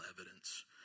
evidence